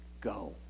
go